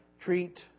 treat